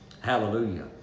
Hallelujah